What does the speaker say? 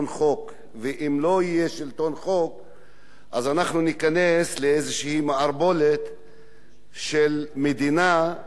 ואם לא יהיה שלטון חוק אנחנו ניכנס לאיזו מערבולת של מדינה שהולכת